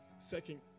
Second